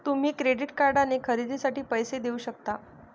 तुम्ही क्रेडिट कार्डने खरेदीसाठी पैसेही देऊ शकता